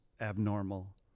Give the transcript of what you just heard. abnormal